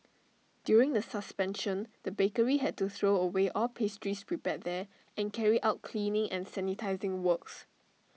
during the suspension the bakery had to throw away all pastries prepared there and carry out cleaning and sanitising works